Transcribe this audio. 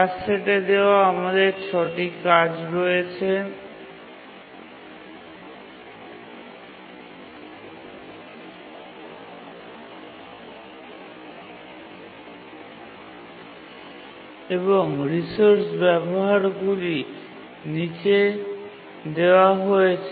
task সেটে দেওয়া আমাদের ৬ টি কাজ রয়েছে এবং রিসোর্স ব্যবহারগুলি নীচে দেওয়া হয়েছে